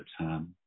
term